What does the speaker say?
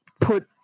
put